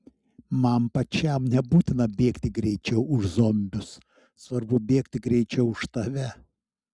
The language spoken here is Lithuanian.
man pačiam nebūtina bėgti greičiau už zombius svarbu bėgti greičiau už tave